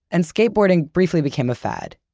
and skateboarding briefly became a fad.